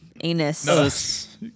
Anus